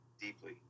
deeply